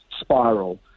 spiral